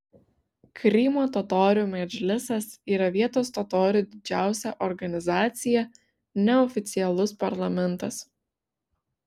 krymo totorių medžlisas yra vietos totorių didžiausia organizacija neoficialus parlamentas